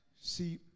See